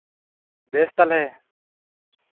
ᱵᱮᱹᱥ ᱛᱟᱦᱞᱮ